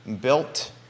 built